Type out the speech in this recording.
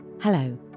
Hello